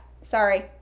sorry